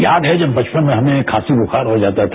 याद है जब बचपन में हमें खांसी बुखार हो जाता था